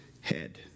head